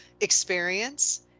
experience